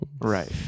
right